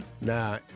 Now